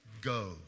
go